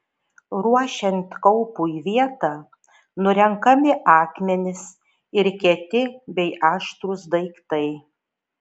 ruošiant kaupui vietą nurenkami akmenys ir kieti bei aštrūs daiktai